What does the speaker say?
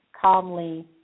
calmly